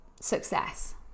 success